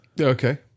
Okay